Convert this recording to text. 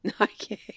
Okay